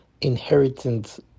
inheritance